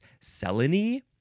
Selene